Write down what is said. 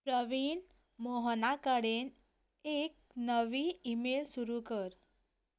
प्रवीण मोहना कडेन एक नवी ईमेल सुरू कर